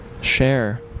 Share